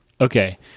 okay